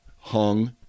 hung